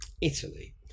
Italy